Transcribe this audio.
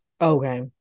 okay